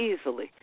easily